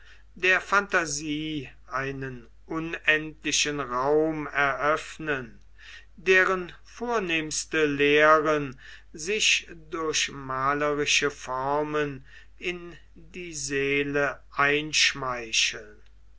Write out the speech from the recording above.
der phantasie einen unendlichen raum eröffnen deren vornehmste lehren sich durch malerische formen in die seele einschmeicheln